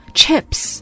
chips